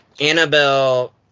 Annabelle